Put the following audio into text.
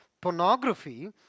pornography